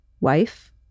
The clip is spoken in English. wife